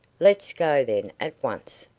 let's go then, at once.